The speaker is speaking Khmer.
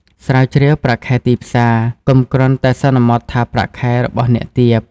ស្រាវជ្រាវប្រាក់ខែទីផ្សារ កុំគ្រាន់តែសន្មតថាប្រាក់ខែរបស់អ្នកទាប។